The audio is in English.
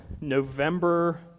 November